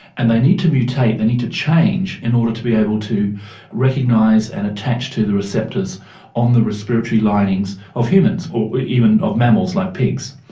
and they need to mutate, they need to change in order to be able to recognise and attach to the receptors on the respiratory linings of humans or even of mammals like pigs.